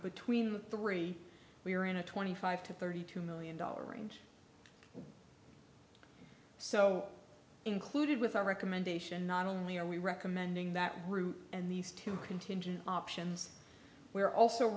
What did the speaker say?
between the three we are in a twenty five to thirty two million dollar range so included with our recommendation not only are we recommending that route and these two contingent options we are also